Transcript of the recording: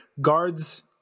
guards